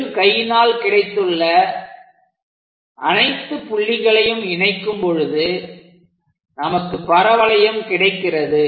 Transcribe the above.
வெறும் கையினால் கிடைத்துள்ள அனைத்து புள்ளிகளையும் இணைக்கும் பொழுது நமக்கு பரவளையம் கிடைக்கிறது